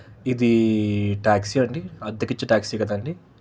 ఇదీ ట్యాక్సీ అండి అద్దెకు ఇచ్చే ట్యాక్సీ కదండి